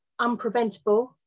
unpreventable